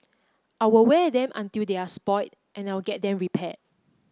I'll wear them until they're spoilt and I'll get them repaired